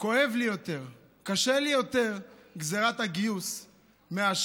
כואב לי יותר, קשה לי יותר גזרת הגיוס מאשר